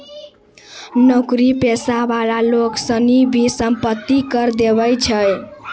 नौकरी पेशा वाला लोग सनी भी सम्पत्ति कर देवै छै